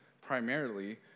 primarily